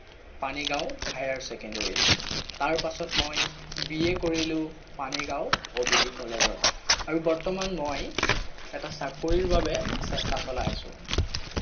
Panigaon higher ছেকেণ্ডেৰীত তাৰপিছত মই বিএ কৰিলোঁ পানীগাঁও অ'পিডি কলেজত আৰু বৰ্তমান মই এটা চাকৰিৰ বাবে চেষ্টা চলাই আছোঁ